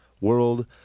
world